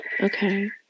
Okay